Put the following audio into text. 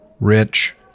rich